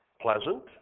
pleasant